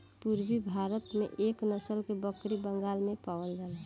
पूरबी भारत में एह नसल के बकरी बंगाल में पावल जाला